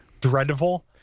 dreadful